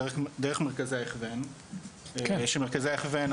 דרך מרכזי ההכוון שמרכזי ההכוון,